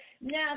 Now